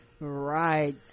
right